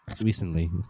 recently